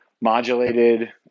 modulated